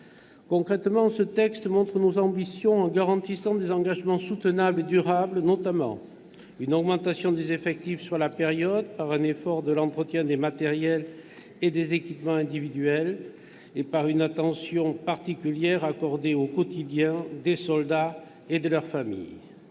Concrètement, ce texte montre nos ambitions en garantissant des engagements soutenables et durables, notamment par une augmentation des effectifs sur la période, par un effort en faveur de l'entretien des matériels et des équipements individuels, et par une attention particulière accordée au quotidien des soldats et de leurs familles.